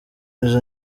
izo